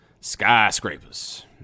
Skyscrapers